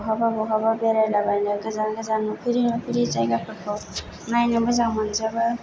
बहाबा बहाबा बेरायला बायनो गोजान गोजान नुफेरै नुफेरै जायगाफोरखौ नायनो मोजां मोनजोबो